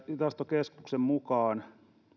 tilastokeskuksen mukaan